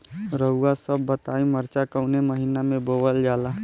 रउआ सभ बताई मरचा कवने महीना में बोवल जाला?